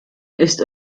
ist